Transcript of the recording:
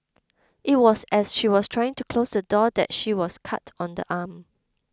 it was as she was trying to close the door that she was cut on the arm